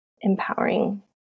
empowering